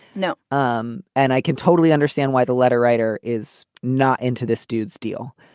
no. um and i can totally understand why the letter writer is not into this dude's deal.